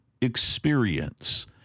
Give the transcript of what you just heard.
experience